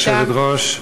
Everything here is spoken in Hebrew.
כבוד היושבת-ראש,